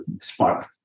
spark